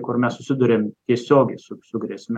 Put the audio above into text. kur mes susiduriam tiesiogiai su su grėsme